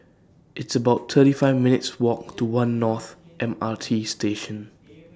It's about thirty five minutes' Walk to one North M R T Station